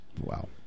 Wow